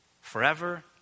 forever